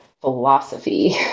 philosophy